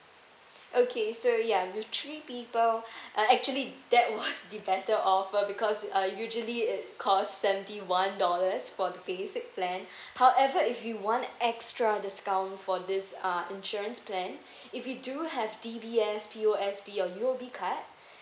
okay so ya with three people uh actually that was the better offer because uh usually it cost seventy one dollars for the basic plan however if you want extra discount for this uh insurance plan if you do have D_B_S P_O_S_B or U_O_B card